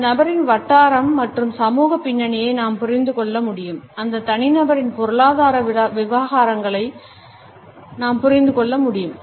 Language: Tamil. அந்த நபரின் வாட்டாரம்மற்றும் சமூக பின்னணியை நாம் புரிந்து கொள்ள முடியும் அந்த தனிநபரின் பொருளாதார விவகாரங்களை நாம் புரிந்து கொள்ள முடியும்